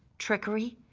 trickery,